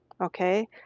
okay